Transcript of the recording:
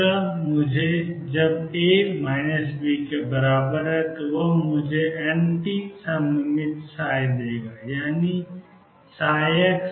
और दूसरा मुझे एंटी सिमेट्रिक देगा यानी x ψ